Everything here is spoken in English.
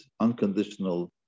unconditional